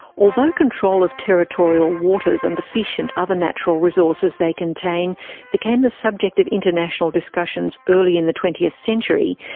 although control of territorial waters and the fish and other natural resources they contain became the subject of international discussions early in the twentieth century,